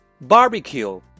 Barbecue